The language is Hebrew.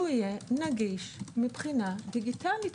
שהוא יהיה נגיש מבחינה דיגיטלית,